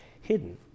hidden